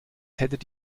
hättet